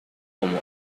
como